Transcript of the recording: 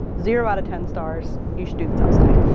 zero outta ten stars. you should do this outside.